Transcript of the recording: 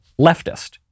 leftist